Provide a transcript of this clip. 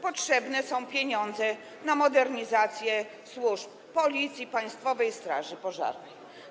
Potrzebne są pieniądze na modernizację służb: Policji, Państwowej Straży Pożarnej.